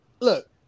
look